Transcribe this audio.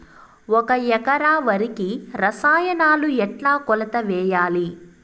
ఒక ఎకరా వరికి రసాయనాలు ఎట్లా కొలత వేయాలి?